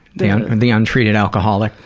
the and the untreated alcoholic.